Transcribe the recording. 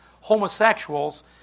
homosexuals